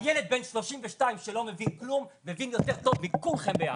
הילד בן 32 שלא מבין כלום מבין יותר טוב מכולכם ביחד.